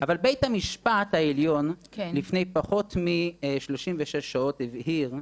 אבל בית המשפט העליון, לפני פחות מ-36 שעות הבהיר,